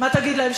מה תגיד להם?